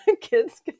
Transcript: kids